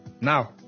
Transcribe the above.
now